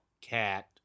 cat